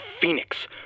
phoenix